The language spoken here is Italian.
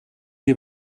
dei